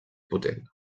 potent